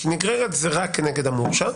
כי נגררת זה רק נגד המורשע.